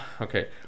Okay